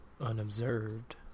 unobserved